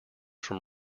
from